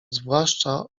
zwłaszcza